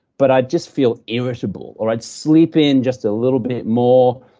but i'd just feel irritable. or i'd sleep in just a little bit more,